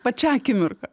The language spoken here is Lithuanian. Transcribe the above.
pačią akimirką